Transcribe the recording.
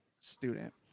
student